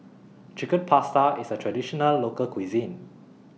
Chicken Pasta IS A Traditional Local Cuisine